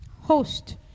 host